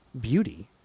beauty